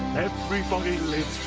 everybody